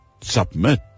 submit